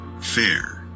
fair